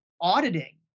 auditing